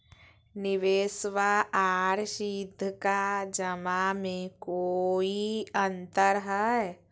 निबेसबा आर सीधका जमा मे कोइ अंतर हय?